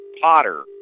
Potter